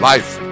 Life